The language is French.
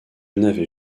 n’avais